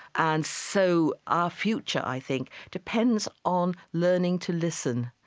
and so our future, i think, depends on learning to listen.